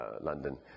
London